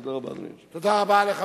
תודה רבה, אדוני היושב-ראש.